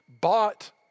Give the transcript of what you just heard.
bought